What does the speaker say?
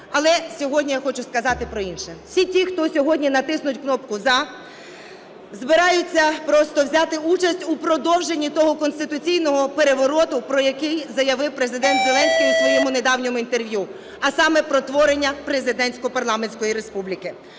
Але сьогодні я хочу сказати про інше, всі ті хто сьогодні натиснуть кнопку "за" збираються просто взяти участь у продовженні того конституційного перевороту, про який заявив Президент Зеленський у своєму недавньому інтерв'ю, а саме про творення президентсько-парламентської республіки.